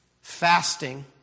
fasting